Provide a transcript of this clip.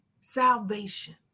salvation